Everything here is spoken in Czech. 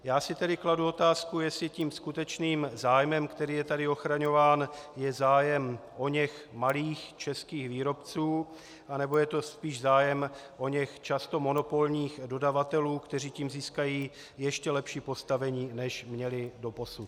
Kladu si tedy otázku, jestli tím skutečným zájmem, který je tady ochraňován, je zájem oněch malých českých výrobců, nebo je to spíš zájem oněch často monopolních dodavatelů, kteří tím získají ještě lepší postavení, než měli doposud.